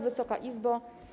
Wysoka Izbo!